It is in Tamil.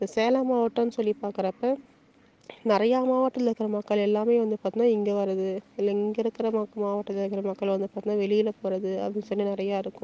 இப்போ சேலம் மாவட்டம்னு சொல்லி பார்க்குறப்ப நிறையா மாவட்டத்தில் இருக்க மக்கள் எல்லாமே வந்து பார்த்தீனா இங்கே வரது இல்லை இங்கே இருக்கிற ம மாவட்டத்தில இருக்கிற மக்கள் வந்து பார்த்தீங்கன்னா வெளியில் போகிறது அப்படின்னு சொல்லி நிறையா இருக்கும்